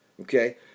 okay